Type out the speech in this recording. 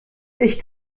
ich